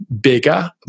bigger